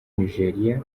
nigeria